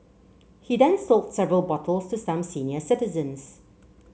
he then sold several bottles to some senior citizens